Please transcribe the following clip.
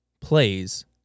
plays